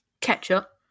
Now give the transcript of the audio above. Ketchup